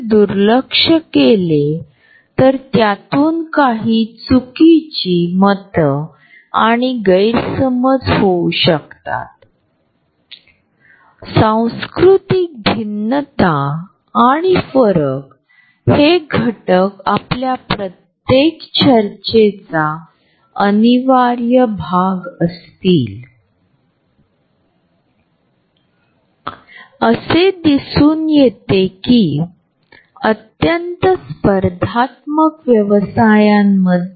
अमेरिकेत सार्वजनिक वाहतुकीवर आधारित शहरी भागामधील वैयक्तिक जागा रशियामधील फक्त ग्रामीण भागात असलेल्या मोटारकारपेक्षा इतर देशांमधील फरक नमूद न करण्यापेक्षा भिन्न असेल